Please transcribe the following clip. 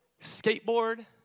Skateboard